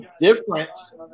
difference